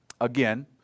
Again